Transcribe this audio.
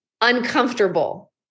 uncomfortable